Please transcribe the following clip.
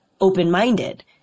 open-minded